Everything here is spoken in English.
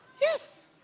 Yes